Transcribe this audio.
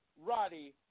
Roddy